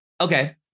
Okay